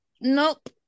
nope